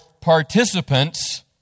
participants